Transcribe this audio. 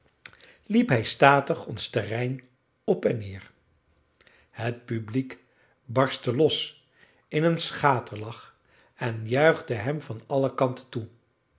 liep hij statig ons terrein op en neer het publiek barstte los in een schaterlach en juichte hem van alle kanten toe